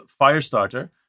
Firestarter